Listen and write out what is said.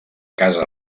casa